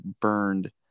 burned